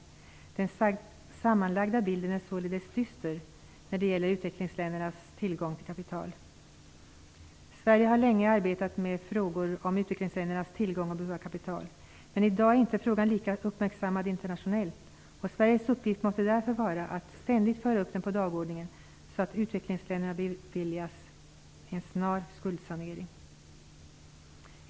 Den sammanlagda bilden är således dyster när det gäller utvecklingsländernas tillgång till kapital. Sverige har länge arbetat med frågor om utvecklingsländernas tillgång och behov av kapital. I dag är inte frågan lika uppmärksammad internationellt. Sveriges uppgift måste därför vara att ständigt föra upp den på dagordningen, så att utvecklingsländerna beviljas en snar skuldsanering.